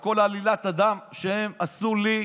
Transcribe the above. על כל עלילת הדם שהם עשו לי,